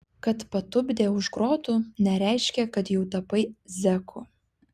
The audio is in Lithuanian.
kad patupdė už grotų nereiškia kad jau tapai zeku